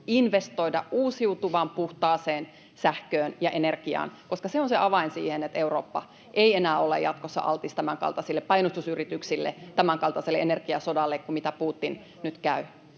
investoida uusiutuvaan, puhtaaseen sähköön ja energiaan, koska se on se avain siihen, että Eurooppa ei enää jatkossa ole altis tämänkaltaisille painostusyrityksille, tämänkaltaiselle energiasodalle kuin mitä Putin nyt käy.